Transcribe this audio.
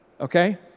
Okay